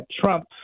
trump